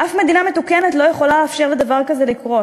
אף מדינה מתוקנת לא יכולה לאפשר לדבר כזה לקרות.